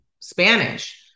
Spanish